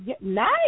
nice